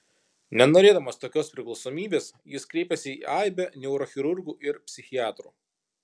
nenorėdamas tokios priklausomybės jis kreipėsi į aibę neurochirurgų ir psichiatrų